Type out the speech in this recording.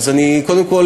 אז קודם כול,